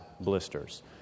blisters